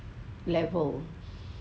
level